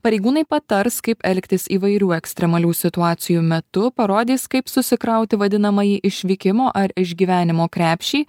pareigūnai patars kaip elgtis įvairių ekstremalių situacijų metu parodys kaip susikrauti vadinamąjį išvykimo ar išgyvenimo krepšį